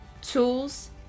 tools